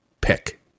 pick